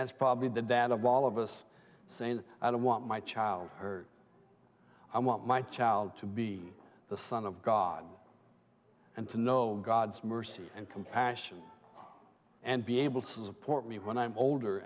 that's probably the dad of all of us saying i don't want my child hurt i want my child to be the son of god and to know god's mercy and compassion and be able to support me when i'm older